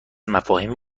مفاهیم